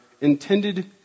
intended